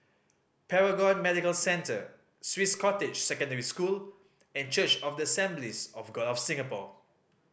Paragon Medical Centre Swiss Cottage Secondary School and Church of the Assemblies of God of Singapore